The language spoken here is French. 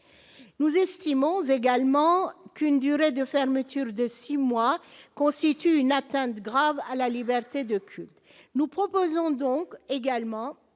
nous estimons également qu'une durée de fermeture de 6 mois constitue une atteinte grave à la liberté de culte, nous proposons donc également